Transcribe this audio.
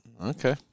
Okay